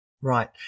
Right